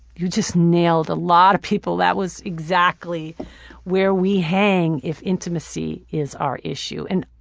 you just nailed a lot of people. that was exactly where we hang if intimacy is our issue. and